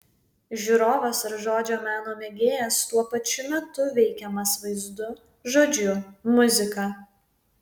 žiūrovas ar žodžio meno mėgėjas tuo pačiu metu veikiamas vaizdu žodžiu muzika